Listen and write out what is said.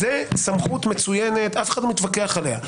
זה סמכות מצוינת, אף אחד לא מתווכח עליה.